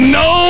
no